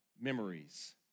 memories